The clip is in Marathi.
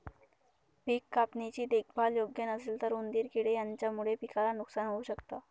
पिक कापणी ची देखभाल योग्य नसेल तर उंदीर किडे यांच्यामुळे पिकाला नुकसान होऊ शकत